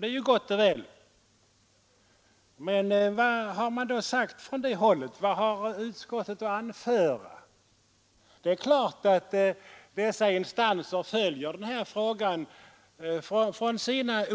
Det är gott och väl. Men vad har man då sagt från dessa håll, och vad har utskottet att anföra? Det är klart att dessa instanser följer denna fråga från sina